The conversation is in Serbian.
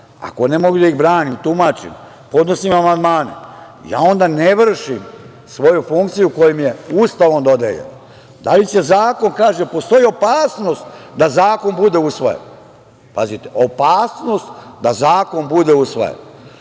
ako ne mogu da ih branim, tumačim, podnosim amandmane, onda ne vršim svoju funkciju koja mi je Ustavom dodeljena. Kaže – postoji opasnost da zakon bude usvojen. Pazite, opasnost da zakon bude usvojen.